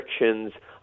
restrictions